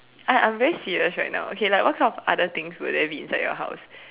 I I'm very serious right now okay like what other things will there be inside your house